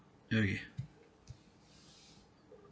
okay